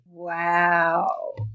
Wow